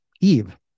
Eve